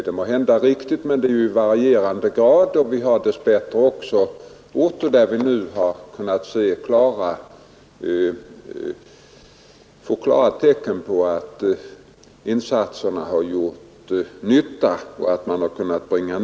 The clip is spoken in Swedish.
Det är måhända riktigt, men arbetslösheten varierar, och i en del orter ser vi nu dess bättre klara tecken på att insatserna har gjort nytta och att arbetslösheten kunnat nedbringas.